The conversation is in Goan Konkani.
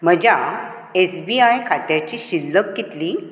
म्हज्या एस बी आय खात्याची शिल्लक कितली